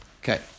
Okay